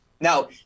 Now